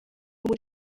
muri